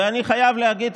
ואני חייב להגיד,